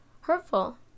hurtful